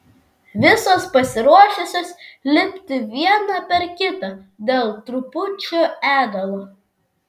visos pasiruošusios lipti viena per kitą dėl trupučio ėdalo